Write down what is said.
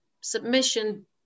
submission